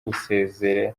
gusezerera